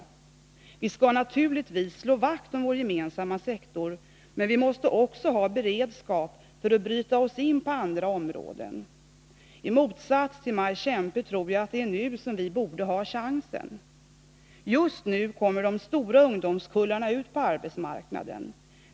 Vi skall naturligtvis slå vakt om vår gemensamma sektor, men vi måste också ha beredskap för att bryta oss in på andra områden. I motsats till Maj Kempe tror jag att det är nu vi borde ha chansen. Just nu kommer de stora ungdomskullarna ut på arbetsmarknaden.